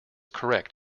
correct